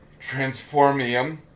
transformium